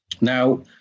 Now